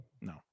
No